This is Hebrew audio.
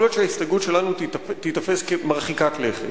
יכול להיות שההסתייגות שלנו תיתפס כמרחיקת לכת,